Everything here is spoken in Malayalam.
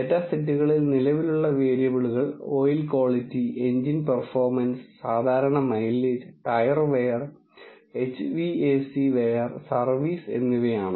ഡാറ്റാ സെറ്റുകളിൽ നിലവിലുള്ള വേരിയബിളുകൾ ഓയിൽ ക്വാളിറ്റി എഞ്ചിൻ പെർഫോമൻസ് സാധാരണ mileage tyre wear HVAC wear service എന്നിവയാണ്